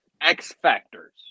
X-Factors